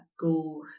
Go